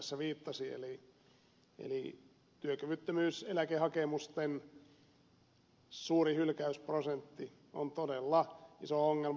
kuoppa viittasi eli työkyvyttömyyseläkehakemusten suuri hylkäysprosentti on todella iso ongelma